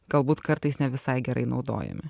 galbūt kartais ne visai gerai naudojami